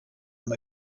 him